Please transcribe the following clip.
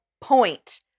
point